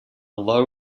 low